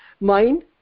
mind